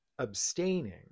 abstaining